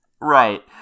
Right